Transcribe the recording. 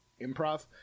Improv